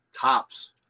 tops